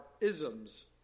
isms